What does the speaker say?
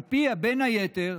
שעל פיה, בין היתר,